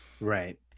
Right